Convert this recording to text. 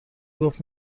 گفت